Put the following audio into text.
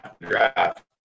draft